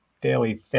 daily